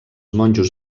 monjos